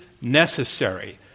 necessary